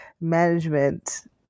management